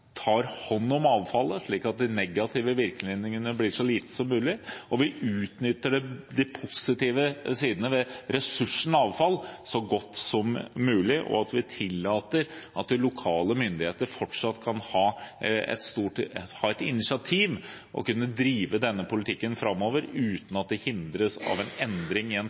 tar hånd om avfallet, slik at de negative virkningene blir så små som mulig, og slik at vi utnytter de positive sidene ved ressursen avfall så godt som mulig, og at vi tillater at lokale myndigheter fortsatt kan ta initiativ og drive denne politikken framover uten at de hindres av en endring